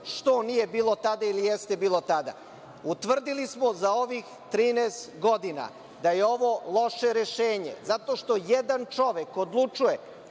što nije bilo tada ili jeste bilo tada. Utvrdili smo za ovih 13 godina da je ovo loše rešenje, zato što jedan čovek odlučuje